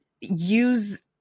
use